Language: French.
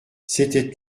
c’était